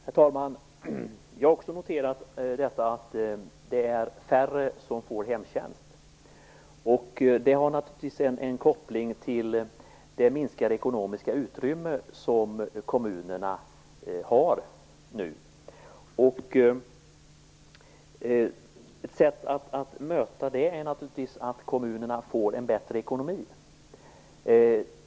Herr talman! Jag har också noterat att det är färre som får hemtjänst. Det finns naturligtvis en koppling till det minskade ekonomiska utrymme som kommunerna nu har. Ett sätt att möta det är att kommunerna får en bättre ekonomi.